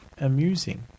amusing